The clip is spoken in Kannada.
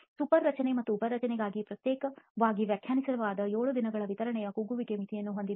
ಸೂಪರ್ ರಚನೆ ಮತ್ತು ಉಪರಚನೆಗಾಗಿ ಪ್ರತ್ಯೇಕವಾಗಿ ವ್ಯಾಖ್ಯಾನಿಸಲಾದ 7 ದಿನಗಳಲ್ಲಿ ವಿವರಣೆಯು ಕುಗ್ಗುವಿಕೆಯ ಮಿತಿಯನ್ನು ಹೊಂದಿದೆ